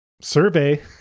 survey